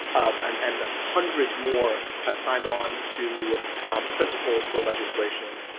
and and hundreds more have signed on to principles for legislation